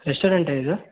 ರೆಸ್ಟೋರೆಂಟಾ ಇದು